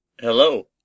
Hello